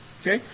Okay